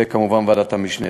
וכמובן בוועדת המשנה.